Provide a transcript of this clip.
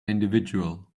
individual